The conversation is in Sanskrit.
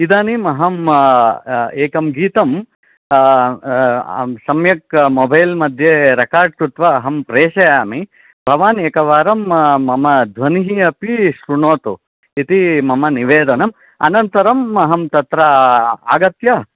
इदानीम् अहम् एकं गीतं सम्यक् मोबाइल् मध्ये रेकार्ड् कृत्वा अहं प्रेषयामि भवान् एकवारं मम ध्वनिः अपि शृणोतु इति मम निवेदनम् अनन्तरम् अहं तत्र आगत्य